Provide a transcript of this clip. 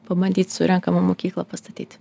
pabandyti surenkamą mokyklą pastatyti